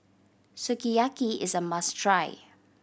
sukiyaki is a must try